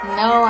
no